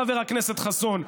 חבר הכנסת חסון,